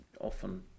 often